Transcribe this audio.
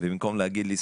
ובמקום להגיד לי,